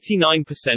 89%